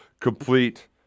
complete